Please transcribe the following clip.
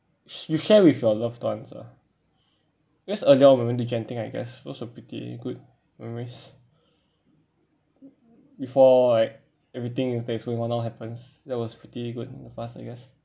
y~ you share with your loved ones ah because earlier on we went to genting I guess it was a pretty good memories before like everything we face going on now happens that was pretty good in the past I guess